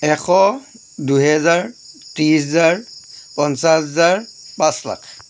এশ দুহেজাৰ ত্ৰিছ হাজাৰ পঞ্চাছ হাজাৰ পাঁচ লাখ